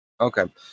okay